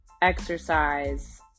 Exercise